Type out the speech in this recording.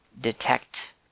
detect